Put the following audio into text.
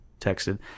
texted